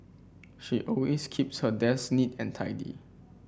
she always keeps her desk neat and tidy